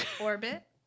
Orbit